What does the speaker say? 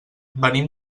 venim